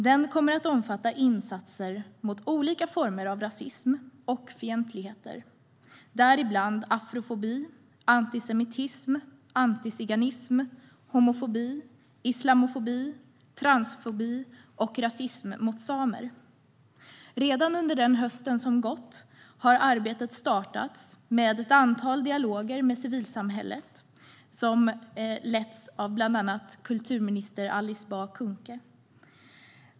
Den kommer att omfatta insatser mot olika former av rasism och fientligheter, däribland afrofobi, antisemitism, antiziganism, homofobi, islamofobi, transfobi och rasism mot samer. Redan under den höst som gått har arbetet startats med ett antal dialoger med civilsamhället som letts av bland annat kulturminister Alice Bah Kuhnke.